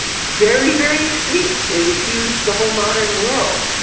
very very extreme. they refuse the whole modern world.